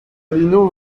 lino